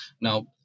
Now